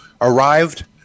arrived